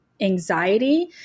anxiety